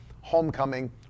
Homecoming